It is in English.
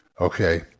Okay